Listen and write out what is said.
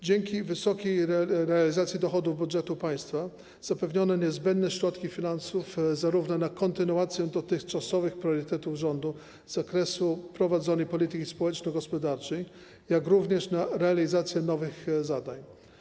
Dzięki wysokiej realizacji dochodów budżetu państwa zapewniono niezbędne środki finansowe zarówno na kontynuację dotychczasowych priorytetów rządu z zakresu prowadzonej polityki społeczno-gospodarczej, jak i na realizację nowych zadań.